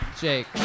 Jake